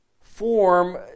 form